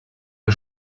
wir